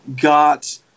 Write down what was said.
got